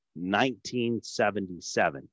1977